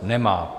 Nemá.